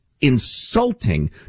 insulting